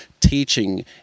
Teaching